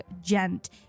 gent